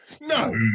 No